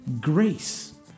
grace